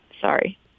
sorry